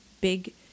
big